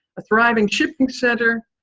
a thriving shipping center,